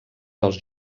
dels